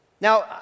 Now